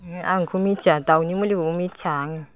आंथ' मिथिया दाउनि मुलिखौबो मिथिया आङो